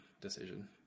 decision